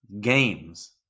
games